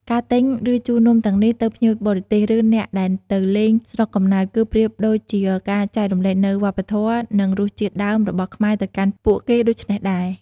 ការទិញ ឬជូននំទាំងនេះទៅភ្ញៀវបរទេស ឬអ្នកដែលទៅលេងស្រុកកំណើត គឺប្រៀបដូចជាការចែករំលែកនូវវប្បធម៌ និងរសជាតិដើមរបស់ខ្មែរទៅកាន់ពួកគេដូច្នោះដែរ។